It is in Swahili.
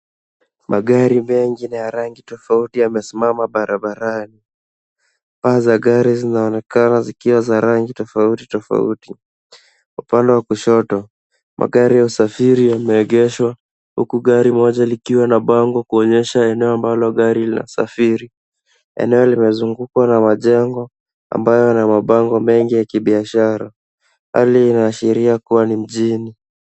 Magari mengi na ya rangi tofauti yamesimama barabarani. Paa za gari zinaonekana zikiwa za rangi tofauti tofauti. Upande wa kushoto ,magari ya usafiri yameegeshwa huku gari moja likiwa na bango kuonyesha eneo ambalo gari linasafiri. Eneo limezungukwa na majengo ambayo yana mabango mengi ya kibiashara. Hali hii inaashiria kuwa ni mjini.